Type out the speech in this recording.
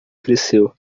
cresceu